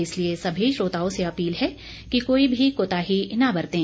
इसलिए सभी श्रोताओं से अपील है कि कोई भी कोताही न बरतें